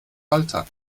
malta